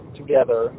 together